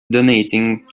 donating